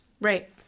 Right